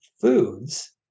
foods